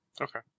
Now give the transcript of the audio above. Okay